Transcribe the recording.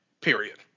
period